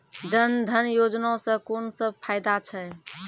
जनधन योजना सॅ कून सब फायदा छै?